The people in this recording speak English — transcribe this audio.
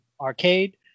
Arcade